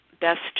best